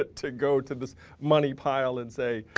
ah to go to this money pile and say,